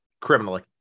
Criminally